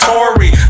Tory